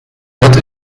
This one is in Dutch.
dat